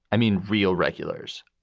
i mean, real regulars.